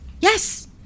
yes